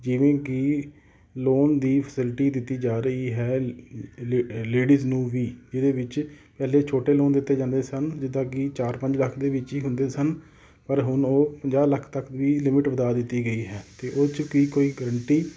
ਜਿਵੇਂ ਕਿ ਲੋਨ ਦੀ ਫੈਸਿਲਿਟੀ ਦਿੱਤੀ ਜਾ ਰਹੀ ਹੈ ਲੇਡੀਜ ਨੂੰ ਵੀ ਇਹਦੇ ਵਿੱਚ ਪਹਿਲੇ ਛੋਟੇ ਲੋਨ ਦਿੱਤੇ ਜਾਂਦੇ ਸਨ ਜਿੱਦਾਂ ਕਿ ਚਾਰ ਪੰਜ ਲੱਖ ਦੇ ਵਿੱਚ ਹੀ ਹੁੰਦੇ ਸਨ ਪਰ ਹੁਣ ਉਹ ਪੰਜਾਹ ਲੱਖ ਤੱਕ ਵੀ ਲਿਮਿਟ ਵਧਾ ਦਿੱਤੀ ਗਈ ਹੈ ਅਤੇ ਉਹ 'ਚ ਕਿ ਕੋਈ ਗਰੰਟੀ